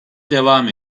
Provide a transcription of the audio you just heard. devam